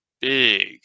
big